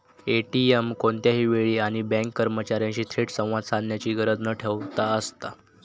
ATM कोणत्याही वेळी आणि बँक कर्मचार्यांशी थेट संवाद साधण्याची गरज न ठेवता असता